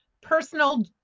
personal